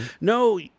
No